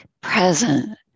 present